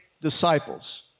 disciples